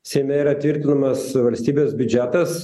seime yra tvirtinamas valstybės biudžetas